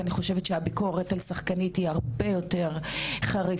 אני חושבת שהביקורת על שחקנית היא הרבה יותר חריפה.